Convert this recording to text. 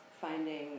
finding